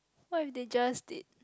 what if they just did